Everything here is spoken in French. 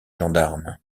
gendarmes